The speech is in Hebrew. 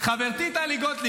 חברתי טלי גוטליב,